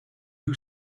who